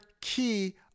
key